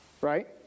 right